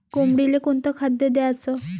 कोंबडीले कोनच खाद्य द्याच?